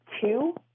Two